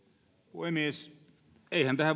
puhemies eihän tähän